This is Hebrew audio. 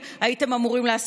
במה הדברים אמורים?